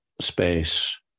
space